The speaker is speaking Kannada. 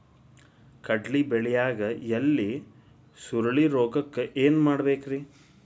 ಕಡ್ಲಿ ಬೆಳಿಯಾಗ ಎಲಿ ಸುರುಳಿರೋಗಕ್ಕ ಏನ್ ಮಾಡಬೇಕ್ರಿ?